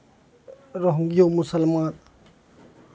Rohingya मुसलमान